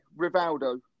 Rivaldo